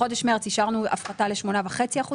בחודש מרץ השארנו הפחתה ל-8.5%,